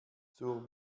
zur